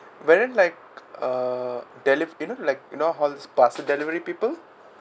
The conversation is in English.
but then like uh deliver you know like you know how's this parcel delivery people